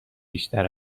بیشتر